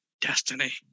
destiny